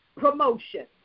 promotion